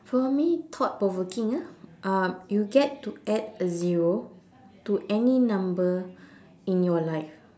for me thought provoking ah um you get to add a zero to any number in your life